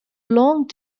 long